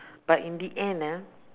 but in the end ah